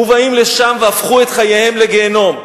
מובאים לשם והפכו את חייהם לגיהינום.